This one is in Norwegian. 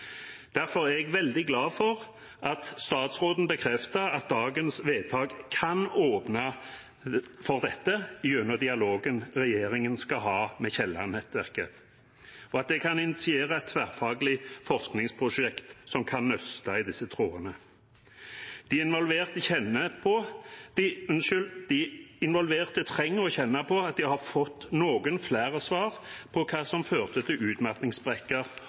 Derfor er jeg veldig glad for at statsråden bekrefter at dagens vedtak kan åpne for dette, gjennom dialogen regjeringen skal ha med Kielland-nettverket, og at det kan initiere et tverrfaglig forskningsprosjekt som kan nøste i disse trådene. De involverte trenger å kjenne at de har fått noen flere svar på hva som førte til